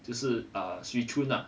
就是 uh swee choon ah